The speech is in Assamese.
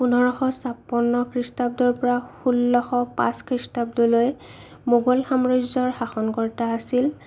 পোন্ধৰশ ছাপন্ন খ্ৰীষ্টাব্দৰ পৰা ষোল্লশ পাঁচ খ্ৰীষ্টাব্দলৈ মোগল সাম্ৰাজ্যৰ শাসনকৰ্তা আছিল